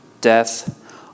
death